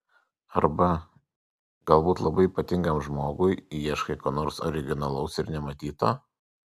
arba galbūt labai ypatingam žmogui ieškai ko nors originalaus ir nematyto